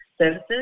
services